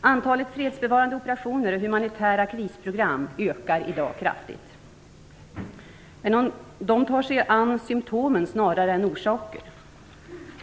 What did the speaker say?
Antalet fredsbevarande operationer och humanitära krisprogram ökar i dag kraftigt. Men de tar sig an symtom snarare än orsaker.